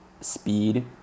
speed